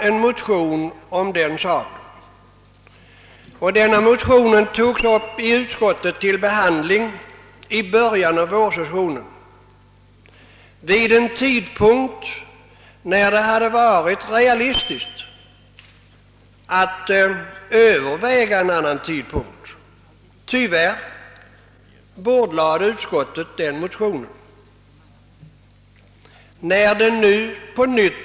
En motion om detta togs upp till behandling i utskottet i början av vårsessionen, alltså vid en tidpunkt när det hade varit realistiskt att överväga ett annat datum för ikraftträdandet. Utskottet bordlade tyvärr den motionen.